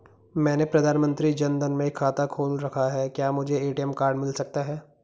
मैंने प्रधानमंत्री जन धन में खाता खोल रखा है क्या मुझे ए.टी.एम कार्ड मिल सकता है?